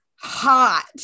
hot